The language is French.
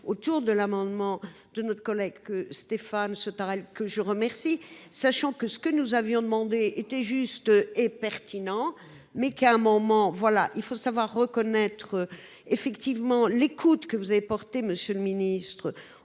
autour du sous amendement de notre collègue Stéphane Sautarel, que je salue. Ce que nous avions demandé était juste et pertinent, mais il faut savoir reconnaître l’écoute que vous avez portée, monsieur le ministre,